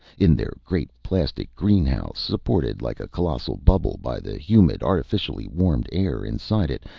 in their great plastic greenhouse, supported like a colossal bubble by the humid, artificially-warmed air inside it,